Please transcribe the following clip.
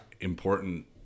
important